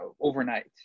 overnight